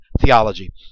theology